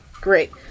Great